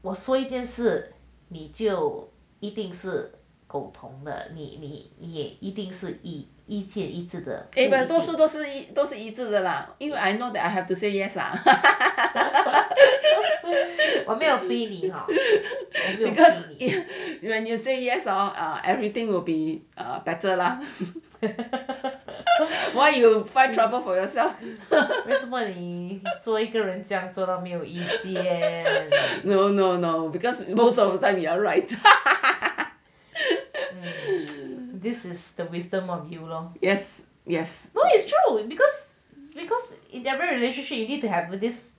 我说一件事你就一定是共同的你也一定是意见一致的 我没有逼你 hor 为什么你做人做到没有意见 this is the wisdom of you long loh it's true because because in every relationship you need to have this